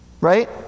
Right